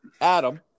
Adam